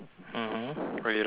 what are you laughing at now